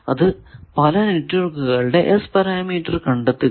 അതായത് പല നെറ്റ്വർക്കുകളുടെ S പാരാമീറ്റർ കണ്ടെത്തുക